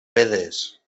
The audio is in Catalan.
pedres